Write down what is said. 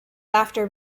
after